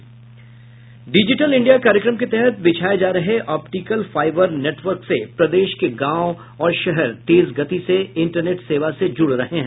digital India कार्यक्रम के तहत बिछाये जा रहे आप्टिकल फाइबर नेटवर्क से प्रदेश के गांव और शहर तेज गति इंटरनेट सेवा से जुड रहे हैं